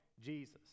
Jesus